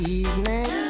evening